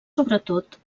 sobretot